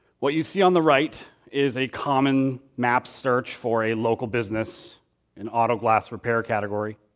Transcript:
what you see on the right is a common map search for a local business an auto-glass repair category.